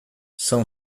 são